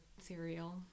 cereal